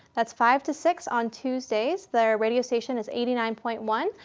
that's five to six on tuesdays. their radio station is eighty nine point one,